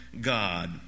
God